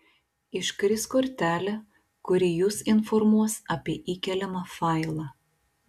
iškris kortelė kuri jus informuos apie įkeliamą failą